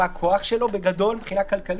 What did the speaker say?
מה הכוח שלו בגדול מבחינה כלכלית,